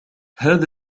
هذا